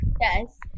Yes